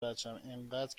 بچم، انقدر